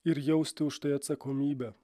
ir jausti už tai atsakomybę